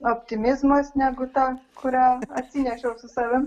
optimizmas negu ta kurią atsinešiau su savim